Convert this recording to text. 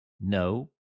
No